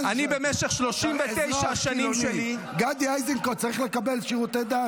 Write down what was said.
במשך 39 השנים שלי --- גדי איזנקוט צריך לקבל שירותי דת?